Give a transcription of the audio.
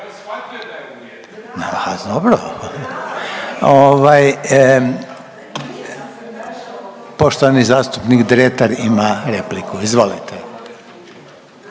A dobro. Poštovani zastupnik Dretar ima repliku, izvolite.